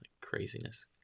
Craziness